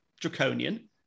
draconian